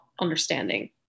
understanding